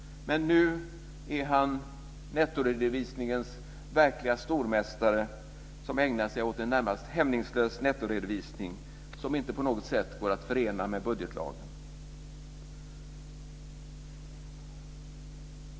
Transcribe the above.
Men nu är han nettoredovisningens verklige stormästare som ägnar sig åt en närmast hämningslös nettoredovisning som det inte på något sätt går att förena med budgetlagen.